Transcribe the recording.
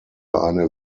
eine